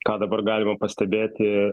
ką dabar galima pastebėti